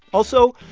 also,